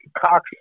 Cox